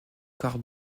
quarts